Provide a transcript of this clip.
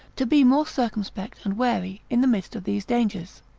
to be more circumspect and wary in the midst of these dangers.